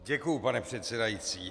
Děkuji, pane předsedající.